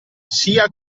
sia